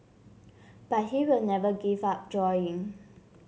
but he will never give up drawing